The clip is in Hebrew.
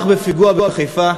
נרצח בפיגוע בחיפה,